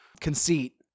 conceit